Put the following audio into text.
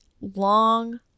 long